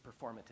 performative